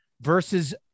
versus